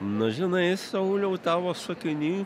na žinai sauliau tavo sakiny